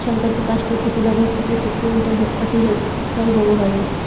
संकर कपास के खेती लगभग पच्चीस क्विंटल प्रति हेक्टेयर होवऽ हई